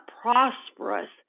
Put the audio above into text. prosperous